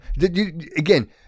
Again